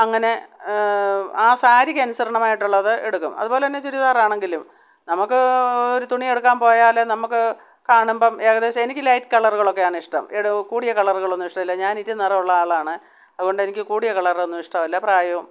അങ്ങനെ ആ സാരിക്ക് അനുസൃണമായിട്ടുള്ളത് എടുക്കും അതുപോലെ തന്നെ ചുരിദാറ് ആണെങ്കിലും നമുക്ക് ഒരു തുണി എടുക്കാൻ പോയാൽ നമുക്ക് കാണുമ്പം ഏകദേശം എനിക്ക് ലൈറ്റ് കളറുകളൊക്കെ ആണ് ഇഷ്ടം കൂടിയ കളറുകളൊന്നും ഇഷ്ടം അല്ല ഞാൻ ഇരുനിറമുള്ള ആളാണ് അതുകൊണ്ട് എനിക്ക് കൂടിയ കളർ ഒന്നും ഇഷ്ടമല്ല പ്രായവും